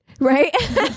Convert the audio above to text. Right